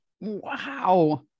Wow